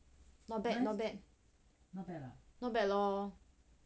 not bad not bad not bad not bad lor